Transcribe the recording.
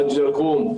מג'דל כרום,